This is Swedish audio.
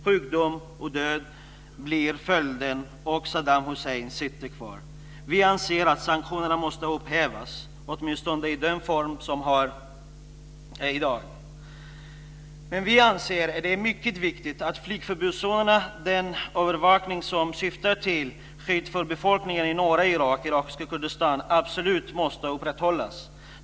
Sjukdom och död blir följden, och Saddam Hussein sitter kvar. Vi anser att sanktionerna måste upphävas - åtminstone i den form som de har i dag. Men vi anser att det är mycket viktigt att flygförbudszonerna - den övervakning som syftar till skydd för befolkningen i norra Irak, i irakiska Kurdistan - absolut måste upprätthållas.